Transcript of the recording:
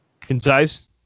Concise